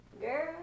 girl